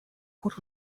what